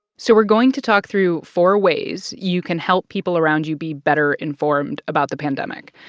so we're going to talk through four ways you can help people around you be better informed about the pandemic.